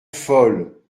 folle